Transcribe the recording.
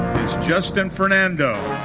is justin fernando.